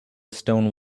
stone